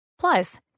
Plus